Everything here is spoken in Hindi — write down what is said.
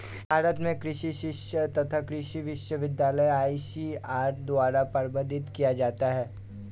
भारत में कृषि शिक्षा तथा कृषि विश्वविद्यालय को आईसीएआर द्वारा प्रबंधित किया जाता है